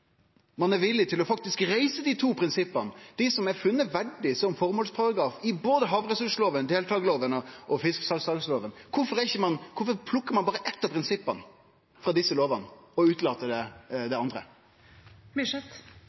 ein faktisk er villig til å reise dei to prinsippa, dei som er funne verdige som føremålsparagraf i både havressurslova, deltakarlova og fiskesalslagslova. Kvifor plukkar ein berre eitt av prinsippa frå desse lovene og utelèt det andre?